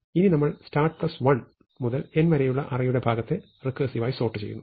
ഇനി നമ്മൾ start1 മുതൽ n വരെയുള്ള അറേയുടെ ഭാഗത്തെ റെക്കേർസിവായി സോർട്ട് ചെയ്യുന്നു